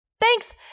thanks